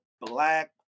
black